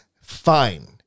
Fine